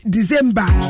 December